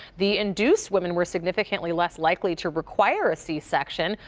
the induced women were significantly less likely to require a c-section.